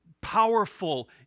powerful